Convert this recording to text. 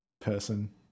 person